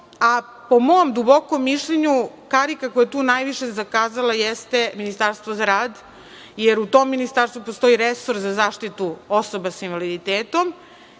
mom dubokom mišljenju, karika koja je tu najviše zakazala jeste Ministarstvo za rad, jer u tom Ministarstvu postoji resor za zaštitu osoba sa invaliditetom